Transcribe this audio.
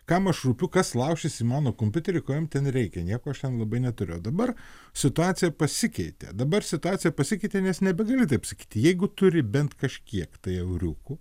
kam aš rūpiu kas laušis į mano kompiuterį ko jiem ten reikia nieko aš ten labai neturiu o dabar situacija pasikeitė dabar situacija pasikeitė nes nebegali taip sakyti jeigu turi bent kažkiek tai euriukų